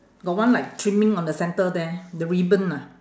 got one like trimming on the centre there the ribbon ah